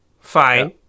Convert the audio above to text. fine